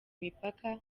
imipaka